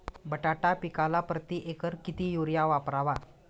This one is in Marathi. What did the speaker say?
बटाटा पिकाला प्रती एकर किती युरिया वापरावा?